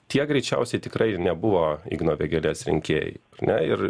tie greičiausiai tikrai ir nebuvo igno vėgėlės rinkėjai ar ne ir